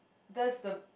that's the